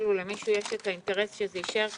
כאילו למישהו יש את האינטרס שזה יישאר כך,